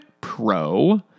pro